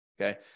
Okay